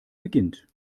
beginnt